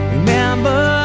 Remember